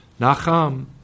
nacham